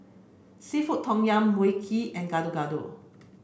Seafood Tom Yum Mui Kee and Gado Gado